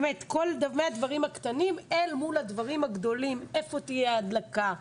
באמת מהדברים הקטנים אל הדברים הגדולים איפה תהיה ההדלקה?